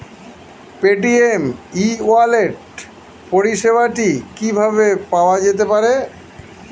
Paytm e wallet পরিষেবাটি কিভাবে পাওয়া যেতে পারে?